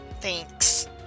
Thanks